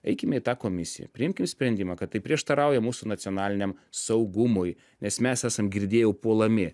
eikime į tą komisiją priimkim sprendimą kad tai prieštarauja mūsų nacionaliniam saugumui nes mes esam girdėjau puolami